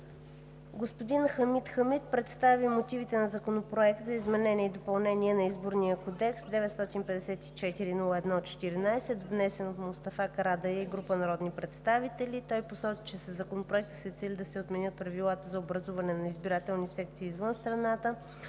Господин Хамид Хамид представи мотивите на Законопроект за изменение и допълнение на Изборния кодекс, № 954-01-14, внесен от Мустафа Карадайъ и група народни представители. Той посочи, че със Законопроекта се цели да се отменят правилата за образуване на избирателни секции извън страната